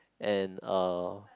and uh